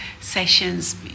sessions